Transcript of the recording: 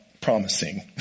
promising